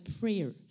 prayer